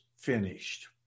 finished